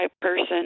person